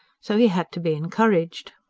so he had to be encouraged.